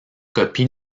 copie